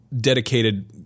dedicated